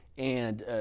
and,